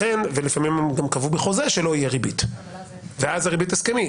לפעמים הם גם קבעו בחוזה שלא תהיה ריבית ואז זו ריבית הסכמית.